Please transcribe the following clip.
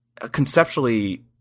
conceptually